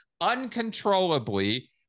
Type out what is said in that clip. uncontrollably